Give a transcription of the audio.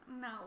No